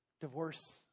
Divorce